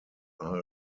are